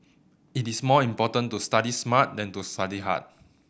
it is more important to study smart than to study hard